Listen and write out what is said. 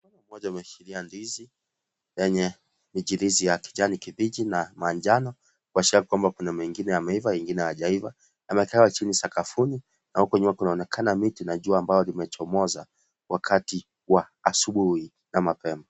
Mtu mmoja ameshikilia ndizi lenye michirizi ya kijani kibichi na manjano kuashiria kwamba kuna mengine yameiva yengine hayajaiva ameekelewa chini sakafuni na huku nyuma kunaonekana miti na jua ambao limechomoza wakati wa asubuhi na mapema.